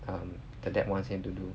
um the dad wants him to do